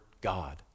God